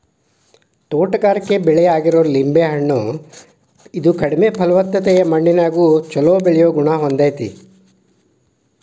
ತೋಟಗಾರಿಕೆ ಬೆಳೆ ಆಗಿರೋ ಲಿಂಬೆ ಹಣ್ಣ, ಇದು ಕಡಿಮೆ ಫಲವತ್ತತೆಯ ಮಣ್ಣಿನ್ಯಾಗು ಚೊಲೋ ಬೆಳಿಯೋ ಗುಣ ಹೊಂದೇತಿ